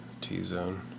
T-zone